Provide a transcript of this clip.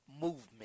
movement